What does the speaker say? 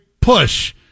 push